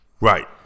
Right